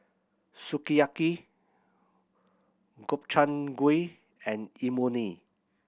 Sukiyaki Gobchang Gui and Imoni